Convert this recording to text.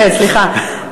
כן, סליחה.